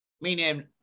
meaning